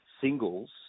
singles